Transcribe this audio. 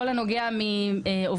בכל הנוגע לעובדים,